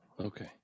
Okay